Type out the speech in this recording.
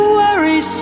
worry